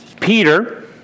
Peter